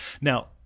Now